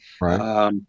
Right